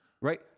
Right